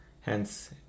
hence